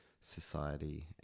society